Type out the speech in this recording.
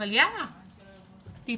אבל יאללה, תתעוררו.